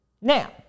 Now